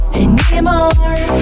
anymore